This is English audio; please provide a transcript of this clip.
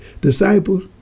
disciples